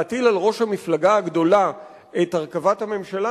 להטיל על ראש המפלגה הגדולה את הרכבת הממשלה,